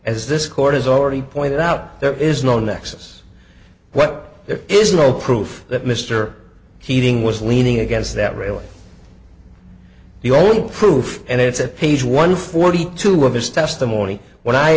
as this court has already pointed out there is no nexus what there is no proof that mr keating was leaning against that really the only proof and it's at page one forty two of his testimony when i